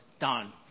done